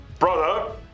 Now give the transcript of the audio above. Brother